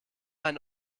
ein